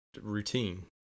routine